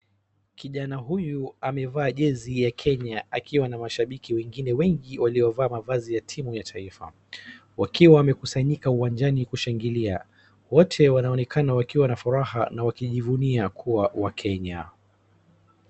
Kijana huyu amevaa jersey ya Kenya akiwa na mashabiki wengine wengi waliovaa mavazi ya timu ya taifa wakiwa wamekusanyika uwanjani kushangilia. Wote wanaonekana wakiwa na furaha na wakijivunia kuwa wakenya.